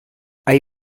hay